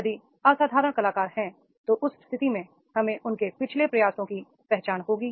यदि असाधारण कलाकार हैं तो उस स्थिति में हमें उनके पिछले प्रयासों की पहचान होगी